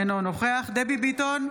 אינו נוכח דבי ביטון,